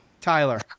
Tyler